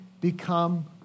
become